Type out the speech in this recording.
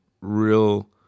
real